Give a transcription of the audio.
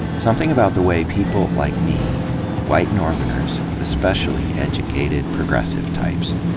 something about the way people like me white northerners, especially educated, progressive types